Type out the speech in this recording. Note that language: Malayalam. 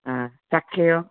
ആ ചക്കയോ